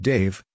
Dave